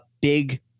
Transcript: big